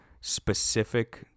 specific